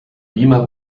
beamer